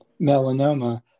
melanoma